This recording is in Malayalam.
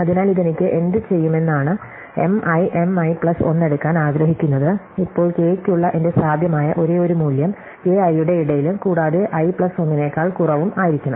അതിനാൽ ഇത് എനിക്ക് എന്ത് ചെയ്യുമെന്നാണ് M i M i plus 1 എടുക്കാൻ ആഗ്രഹിക്കുന്നത് ഇപ്പോൾ കെ യ്ക്കുള്ള എന്റെ സാധ്യമായ ഒരേയൊരു മൂല്യം k i യുടെ ഇടയിലും കൂടാതെ i പ്ലസ് 1 നെക്കാൾ കുറവും ആയിരിക്കണം